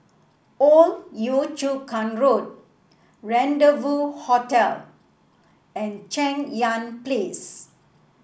Old Yio Chu Kang Road Rendezvous Hotel and Cheng Yan Place